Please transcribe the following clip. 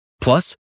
Plus